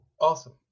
Awesome